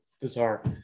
bizarre